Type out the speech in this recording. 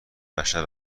بشر